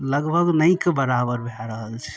लगभग नहिके बराबर भऽ रहल छै